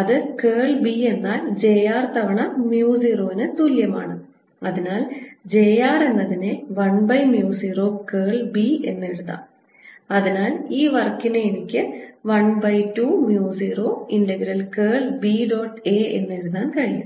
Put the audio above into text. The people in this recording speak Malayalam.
അത് കേൾ B എന്നാൽ j r തവണ mu 0 ന് തുല്യമാണ് അതിനാൽ j r എന്നതിനെ 1 by mu 0 കേൾ B എന്നെഴുതാം അതിനാൽ ഈ വർക്കിനെ എനിക്ക് 1 by 2 mu 0 integral curl B dot A എന്നെഴുതാൻ കഴിയും